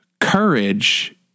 Courage